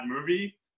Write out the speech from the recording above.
movie